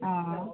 অঁ